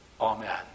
Amen